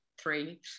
three